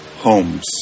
homes